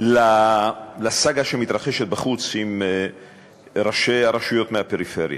על הסאגה שמתרחשת בחוץ עם ראשי הרשויות מהפריפריה.